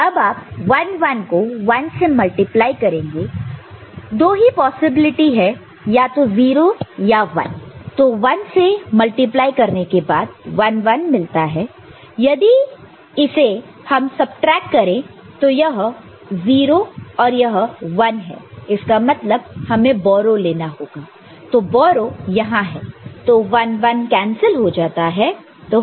अब आप 1 1 को 1 से मल्टीप्लाई करेंगे दोही पॉसिबिलिटी है या तो 0 या 1 तो 1 से मल्टीप्लाई करने के बाद 1 1 मिलता है यदि इस इसे इसे यदि हम सबट्रैक्ट करे तो यह 0 और यह 1 है इसका मतलब हमें बोरो लेना होगा तो बोरो यहां है तो 1 1 कैंसिल हो जाता है